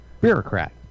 bureaucrat